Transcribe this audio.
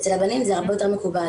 אצל הבנים זה הרבה יותר מקובל.